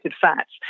fats